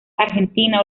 argentina